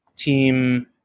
Team